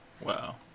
Wow